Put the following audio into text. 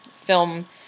film